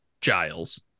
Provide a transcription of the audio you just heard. Giles